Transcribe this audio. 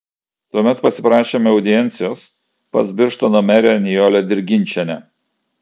tuomet pasiprašėme audiencijos pas birštono merę nijolę dirginčienę